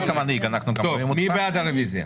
מי בעד הרביזיה?